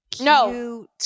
no